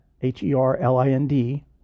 H-E-R-L-I-N-D